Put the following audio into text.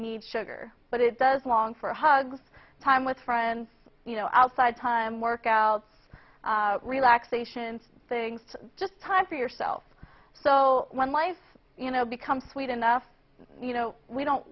need sugar but it does long for hugs time with friends you know outside time workouts relaxation things to just time for yourself so when life you know becomes sweet enough you know we don't